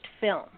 film